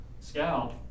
scout